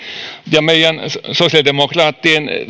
ja meidän sosiaalidemokraattien